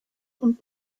und